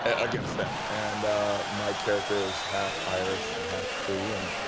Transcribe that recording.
and against them. and my character is half-irish and half-cree, and,